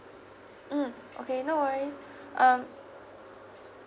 mm okay no worries um